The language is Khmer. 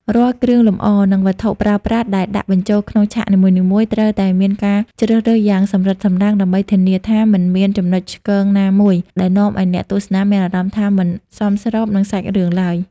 រាល់គ្រឿងលម្អ និងវត្ថុប្រើប្រាស់ដែលដាក់បញ្ចូលក្នុងឆាកនីមួយៗ ត្រូវតែមានការជ្រើសរើសយ៉ាងសម្រិតសម្រាំងដើម្បីធានាថាមិនមានចំណុចឆ្គងណាមួយដែលនាំឱ្យអ្នកទស្សនាមានអារម្មណ៍ថាមិនសមស្របនឹងសាច់រឿងឡើយ។